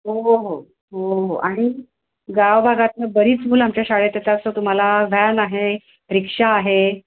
हो हो हो हो आणि गावभागातून बरीच मुलं आमच्या शाळेत येतात तर तुम्हाला व्हॅन आहे रिक्षा आहे